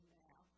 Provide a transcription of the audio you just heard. now